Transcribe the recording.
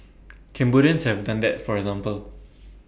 Cambodians have done that for example